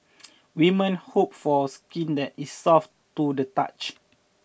women hope for skin that is soft to the touch